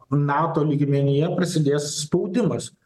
nato lygmenyje prasidės spaudimas